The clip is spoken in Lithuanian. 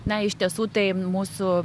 na iš tiesų tai mūsų